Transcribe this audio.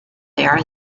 there